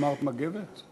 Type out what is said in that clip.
אמרת מגבת?